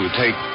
take